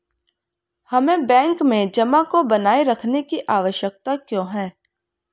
हमें बैंक में जमा को बनाए रखने की आवश्यकता क्यों है?